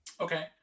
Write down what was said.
Okay